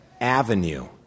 avenue